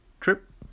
trip